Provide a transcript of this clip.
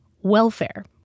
welfare